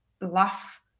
laugh